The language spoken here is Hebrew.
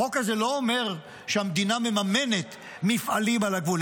החוק הזה לא אומר שהמדינה מממנת מפעלים על הגבול,